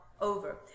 over